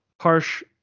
harsh